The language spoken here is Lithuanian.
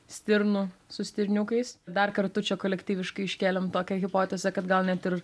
stirnų su stirniukais dar kartu čia kolektyviškai iškėlėm tokią hipotezę kad gal net ir